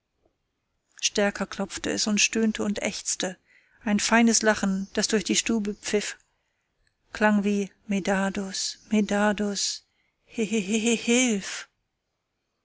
stärker klopfte es und stöhnte und ächzte ein feines lachen das durch die stube pfiff klang wie medardus medardus hi hi hi hilf